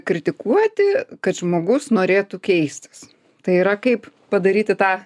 kritikuoti kad žmogus norėtų keistis tai yra kaip padaryti tą